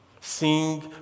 sing